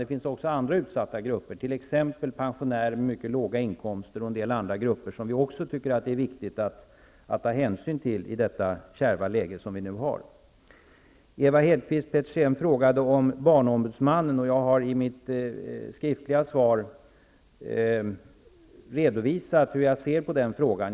Det finns också andra utsatta grupper, t.ex. pensionärer med låga inkomster och en del andra grupper som vi också tycker att det är viktigt att ta hänsyn till i det kärva läge som nu råder. Ewa Hedkvist Petersen frågade om barnombudsmannen. I mitt svar redovisade jag hur jag ser på den frågan.